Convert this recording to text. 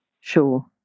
Sure